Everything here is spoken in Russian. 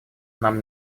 нам